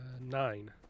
Nine